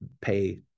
pay